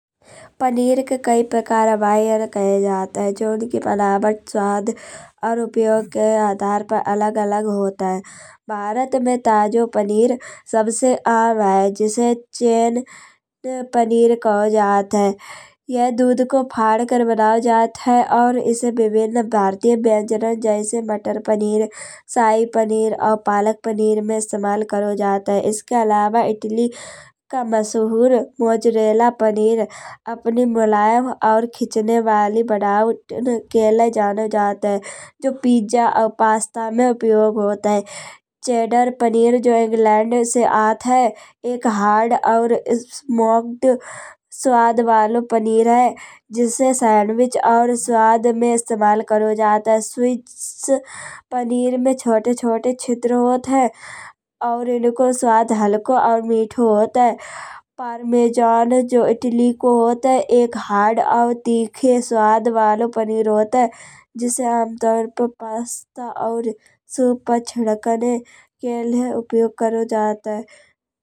पनीर के कई प्रकार के आवैर कहे जात हैं। जौन उनके बनावट स्वाद और उपयोग के आधार पर अलग अलग होत हैं। भारत में ताजो पनीर सबसे आम है जिसे छैना पनीर कहो जात है। यह दूध को फाड़ कर बनाओ जात है और इसे विभिन्न भारतीय व्यंजन जैसे मटर पनीर, शाही पनीर और पालक पनीर में इस्तेमाल करो जात है। इसके अलावा इटली का मशहूर मोत्ज़रेला पनीर अपने मुलायम और खींचने वाली बनावट के लिए जाने जात है। जो पिज्जा और पास्ता में उपयोग होत है। चैddar पनीर जो इंग्लैंड से आत है। एक हार्ड और स्मोक्ड स्वाद वालो पनीर है। जिसे सैंडविच और स्वाद में इस्तेमाल करो जात है। स्वीट्स पनीर में छोटे छोटे छिद्र होत हैं। और इनको स्वाद हल्को और मिठो होत हैं। परमेजान जो इटली को होत है। एक हार्ड और तीखे स्वाद वालो पनीर होत है। जिसे पास्ता और के लिए उपयोग करो जात है।